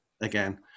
again